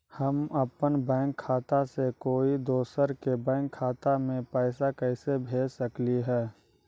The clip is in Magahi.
हम अपन बैंक खाता से कोई दोसर के बैंक खाता में पैसा कैसे भेज सकली ह?